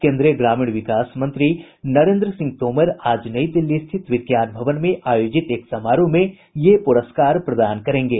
केन्द्रीय ग्रामीण विकास मंत्री नरेन्द्र सिंह तोमर आज नई दिल्ली स्थित विज्ञान भवन में आयोजित एक समारोह में ये प्रस्कार प्रदान करेंगे